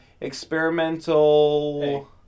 experimental